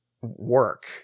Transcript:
work